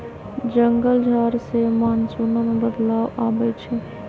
जंगल झार से मानसूनो में बदलाव आबई छई